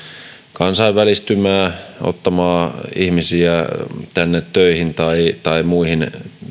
kansainvälistymään ottamaan ihmisiä tänne töihin tai tai muilla